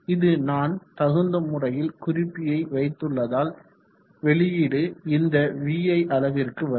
இது நான் தகுந்த முறையில் குறிப்பியை வைத்துள்ளதால் வெளியீடு இந்த vi அளவிற்கு வரும்